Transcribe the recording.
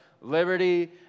liberty